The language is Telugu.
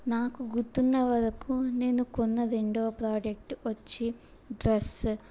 నాకు గుర్తున్న వరకు నేను కొన్న రెండో ప్రోడక్ట్ వచ్చి డ్రస్సు